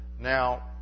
Now